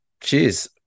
Cheers